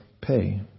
pay